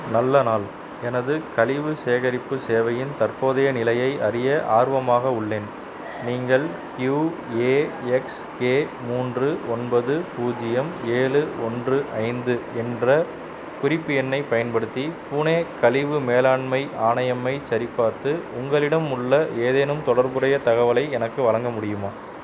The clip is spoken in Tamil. நல்ல நாள் எனது கழிவு சேகரிப்பு சேவையின் தற்போதைய நிலையை அறிய ஆர்வமாக உள்ளேன் நீங்கள் க்யூ ஏ எக்ஸ் ஏ மூன்று ஒன்பது பூஜ்ஜியம் ஏழு ஒன்று ஐந்து என்ற குறிப்பு எண்ணை பயன்படுத்தி பூனே கழிவு மேலாண்மை ஆணையம் ஐச் சரிபார்த்து உங்களிடம் உள்ள ஏதேனும் தொடர்புடைய தகவலை எனக்கு வழங்க முடியுமா